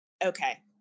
Okay